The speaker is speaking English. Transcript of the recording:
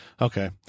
Okay